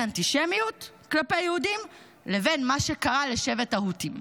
אנטישמיות כלפי יהודים לבין מה שקרה לשבט ההוטו,